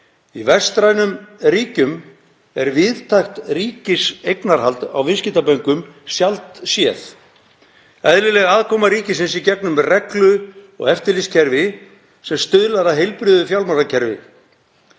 Í vestrænum ríkjum er víðtækt ríkiseignarhald á viðskiptabönkum sjaldséð, heldur er eðlileg aðkoma ríkisins í gegnum reglu- og eftirlitskerfi sem stuðlar að heilbrigðu fjármálakerfi,